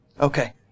Okay